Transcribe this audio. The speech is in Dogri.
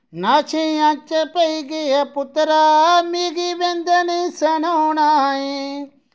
नशेआं च पेई गेआ पुत्तरा मिगी बिंद नेईं सनोना ऐ